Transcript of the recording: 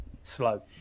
slow